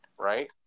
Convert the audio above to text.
right